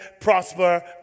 Prosper